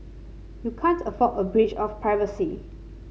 you can't afford a breach of privacy